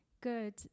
good